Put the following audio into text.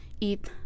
eat